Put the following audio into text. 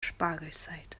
spargelzeit